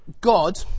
God